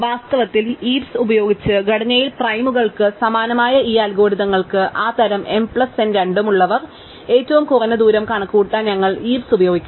വാസ്തവത്തിൽ ഹീപ്സ് ഉപയോഗിച്ച് ഘടനയിൽ പ്രൈമുകൾക്ക് സമാനമായ ഈ അൽഗോരിതങ്ങൾക്ക് ആ തരം m പ്ലസ് n രണ്ടും ഉള്ളവർ ഏറ്റവും കുറഞ്ഞ ദൂരം കണക്കുകൂട്ടാൻ ഞങ്ങൾ ഹീപ്സ് ഉപയോഗിക്കുന്നു